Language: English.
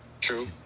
True